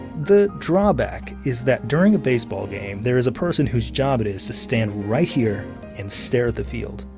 the drawback is that during a baseball game, there is a person whose job it is to stand right here and stare at the field.